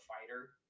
fighter